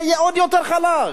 שיהיה עוד יותר חלש.